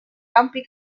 trumpi